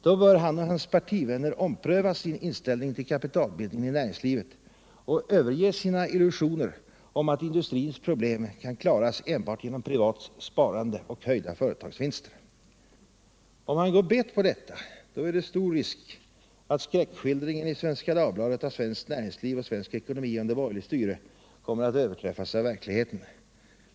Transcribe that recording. Då bör han och hans partivänner ompröva sin inställning till kapitalbildningen i näringslivet och överge sina illusioner om att industrins problem kan klaras enbart genom privat sparande och höjda företagsvinster. Om han går bet på detta, då är det stor risk att skräckskildringen i Svenska Dagbladet av svenskt näringsliv och svensk ekonomi under borgerligt styre kommer att överträffas av verkligheten.